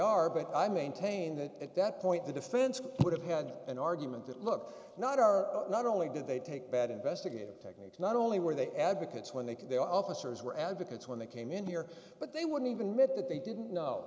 are but i maintain that at that point the defense would have had an argument that look not are not only did they take bad investigative techniques not only were they advocates when they could the officers were advocates when they came in here but they wouldn't even myth that they didn't kno